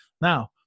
Now